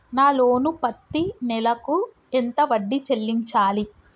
నా లోను పత్తి నెల కు ఎంత వడ్డీ చెల్లించాలి?